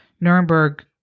Nuremberg